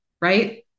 right